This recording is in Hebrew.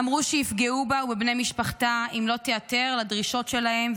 אמרו שיפגעו בה ובבני משפחתה אם לא תיעתר לדרישות שלהם,